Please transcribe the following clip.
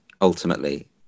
ultimately